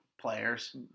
players